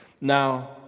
Now